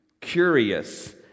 curious